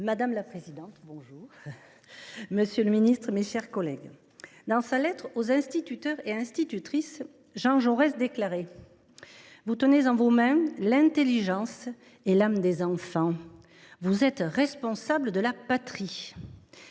Madame la présidente, monsieur le ministre, mes chers collègues, dans sa lettre aux instituteurs et institutrices, Jean Jaurès déclarait :« Vous tenez en vos mains l’intelligence et l’âme des enfants ; vous êtes responsables de la patrie. »